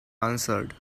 answered